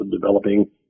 developing